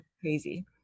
crazy